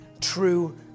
true